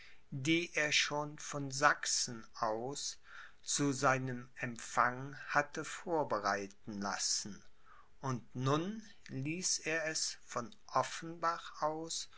die er schon von sachsen aus zu seinem empfang hatte vorbereiten lassen und nun ließ er es von offenbach aus